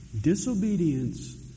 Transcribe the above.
Disobedience